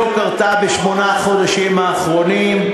לא קרו בשמונה החודשים האחרונים,